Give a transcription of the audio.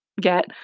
get